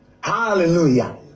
Hallelujah